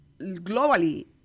globally